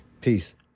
Peace